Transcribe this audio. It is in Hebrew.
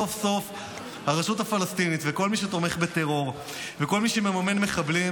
סוף-סוף הרשות הפלסטינית וכל מי שתומך בטרור וכל מי שמממן מחבלים,